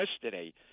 yesterday